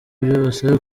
byose